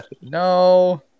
No